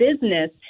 business